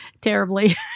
terribly